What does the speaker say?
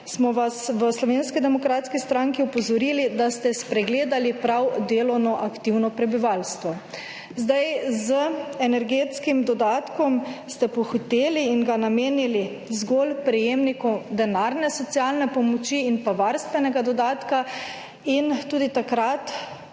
smo vas v Slovenski demokratski stranki opozorili, da ste spregledali prav delovno aktivno prebivalstvo. Zdaj z energetskim dodatkom ste pohiteli in ga namenili zgolj prejemnikom denarne socialne pomoči in varstvenega dodatka. In tudi takrat